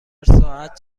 ساعت